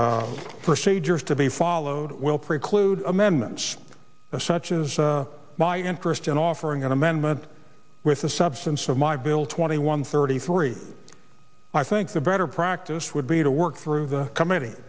the procedures to be followed will preclude amendments of such is my interest in offering an amendment with the substance of my bill twenty one thirty three i think the better practice would be to work through the com